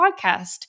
podcast